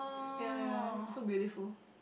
ya ya so beautiful